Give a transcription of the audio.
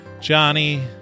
Johnny